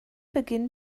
begin